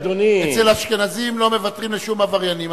אצל האשכנזים לא מוותרים לשום עבריינים.